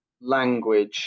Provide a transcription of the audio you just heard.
language